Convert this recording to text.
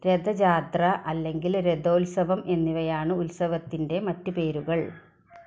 രഥജാത്ര അല്ലെങ്കിൽ രഥോത്സവം എന്നിവയാണ് ഉത്സവത്തിൻ്റെ മറ്റ് പേരുകൾ